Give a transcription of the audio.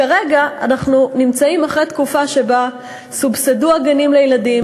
כרגע אנחנו נמצאים אחרי תקופה שבה סובסדו הגנים לילדים.